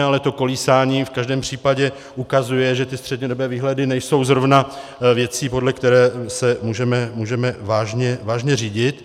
Ale to kolísání v každém případě ukazuje, že ty střednědobé výhledy nejsou zrovna věcí, podle které se můžeme vážně řídit.